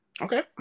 Okay